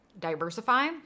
Diversify